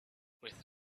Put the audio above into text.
with